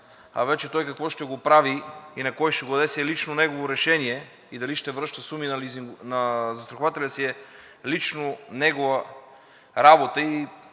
а вече той какво ще го прави и на кой ще го даде, си е лично негово решение, и дали ще връща суми на застрахователя си е лично негова работа